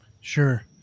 Sure